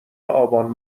آبان